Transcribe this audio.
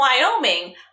Wyoming